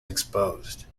exposed